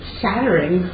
shattering